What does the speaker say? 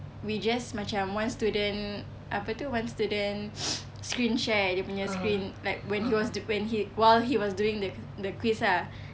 we just macam one student apa tu one student screen share dia punya screen like when he was when he while he was doing the the quiz ah